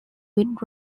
with